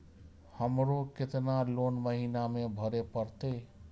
हमरो केतना लोन महीना में भरे परतें?